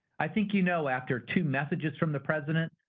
i think you know, after two messages from the president,